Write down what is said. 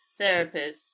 therapists